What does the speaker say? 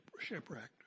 shipwrecked